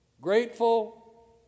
grateful